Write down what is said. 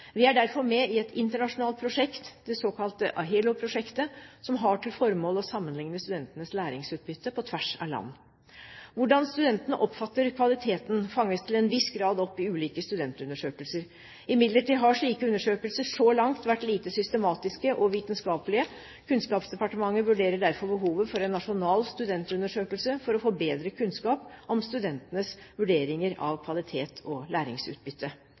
Vi er derfor med i et internasjonalt prosjekt, det såkalte AHELO-prosjektet, som har som formål å sammenligne studentenes læringsutbytte på tvers av land. Hvordan studentene oppfatter kvaliteten, fanges til en viss grad opp i ulike studentundersøkelser. Imidlertid har slike undersøkelser så langt vært lite systematiske og vitenskapelige. Kunnskapsdepartementet vurderer derfor behovet for en nasjonal studentundersøkelse for å få bedre kunnskap om studentenes vurderinger av kvalitet og læringsutbytte.